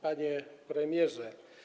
Panie Premierze!